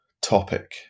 topic